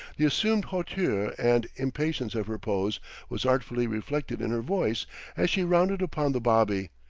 the assumed hauteur and impatience of her pose was artfully reflected in her voice as she rounded upon the bobby,